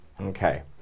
Okay